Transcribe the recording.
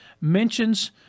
mentions